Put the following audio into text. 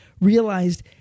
realized